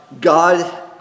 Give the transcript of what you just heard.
God